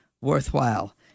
worthwhile